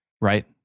right